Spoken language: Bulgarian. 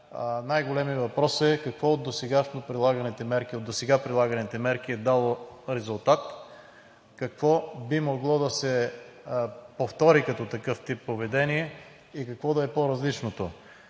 най-големият въпрос е: какво от досега прилаганите мерки е дало резултат, какво би могло да се повтори като такъв тип поведение и какво да е по-различното?